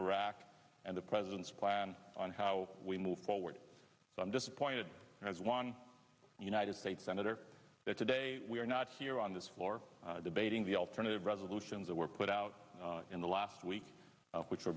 iraq and the president's plan on how we move forward i'm disappointed as one united states senator that today we are not here on this floor debating the alternative resolutions that were put out in the last week which were